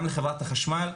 גם לחברת החשמל.